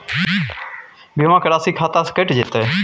बीमा के राशि खाता से कैट जेतै?